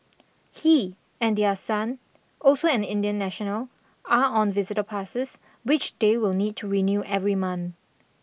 he and their son also an Indian national are on visitor passes which they will need to renew every month